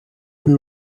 peu